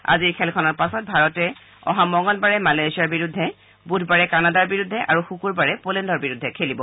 আজিৰ খেলখনৰ পাছত ভাৰতে মঙলবাৰে মালয়েছিয়াৰ বিৰুদ্ধে বুধবাৰে কানাডাৰ বিৰুদ্ধে আৰু শুকুৰবাৰে পলেণ্ডৰ বিৰুদ্ধে খেলিব